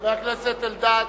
חבר הכנסת אלדד.